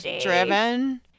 driven